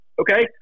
okay